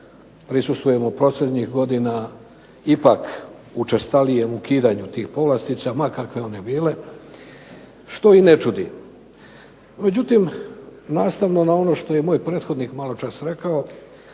prisustvujemo posljednjih godina ipak učestalijem ukidanju tih povlastica ma kakve one bile, što i ne čudi. Međutim, nastavno na ono što je moj prethodnik maločas rekao